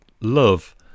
love